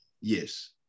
Yes